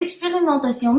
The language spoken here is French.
expérimentations